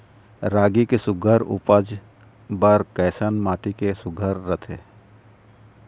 रागी के सुघ्घर उपज बर कैसन माटी सुघ्घर रथे?